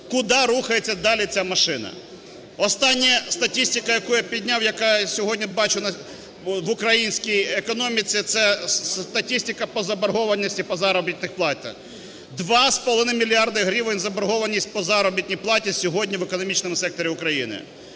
Куди рухається далі ця машина? Остання статистика, яку я підняв, яку сьогодні бачу в українській економіці, це статистика по заборгованості по заробітних платах: 2,5 мільярда гривень – заборгованість по заробітній платі сьогодні в економічному секторі України.